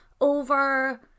over